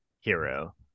hero